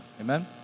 Amen